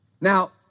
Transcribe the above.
Now